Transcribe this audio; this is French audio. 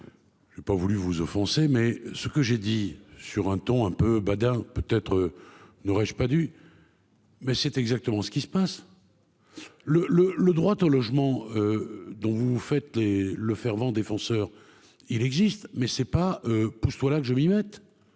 J'ai pas voulu vous offenser mais ce que j'ai dit sur un ton un peu bada peut être. N'aurais-je pas dû. Mais c'est exactement ce qui se passe. Le le le droit au logement. Dont vous faites et le fervent défenseur il existe mais c'est pas, pousse-toi là que je m'y mette.